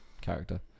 character